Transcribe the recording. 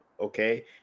okay